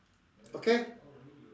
okay